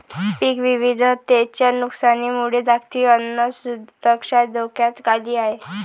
पीक विविधतेच्या नुकसानामुळे जागतिक अन्न सुरक्षा धोक्यात आली आहे